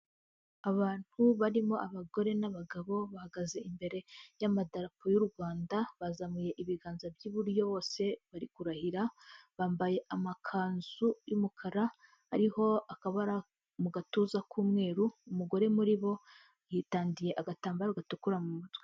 Abantu barimo abagore n'abagabo bahagaze imbere y'amadarapo y'u Rwanda bazamuye ibiganza by'iburyo bose bari kurahira, bambaye amakanzu y'umukara ariho akabara mu gatuza k'umweru, umugore muri bo yitandiye agatambaro gatukura mu mutwe.